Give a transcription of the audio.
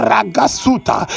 Ragasuta